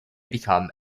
become